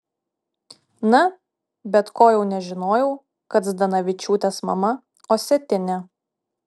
na bet ko jau nežinojau kad zdanavičiūtės mama osetinė